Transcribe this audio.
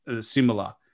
similar